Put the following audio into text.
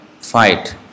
fight